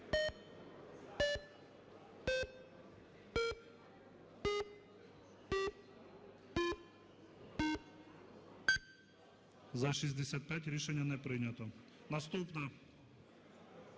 За-90 Рішення не прийнято. Наступна,